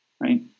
right